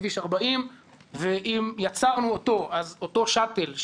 בכביש 40. אם יצרנו אותו אז אותו שאטל,